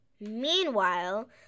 Meanwhile